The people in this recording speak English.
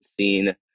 seen